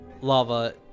lava